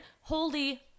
Holy